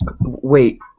Wait